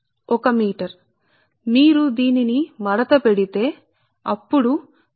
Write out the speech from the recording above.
ఉంటే మీరు దానిని మడతపెడితే ఈ మందం dx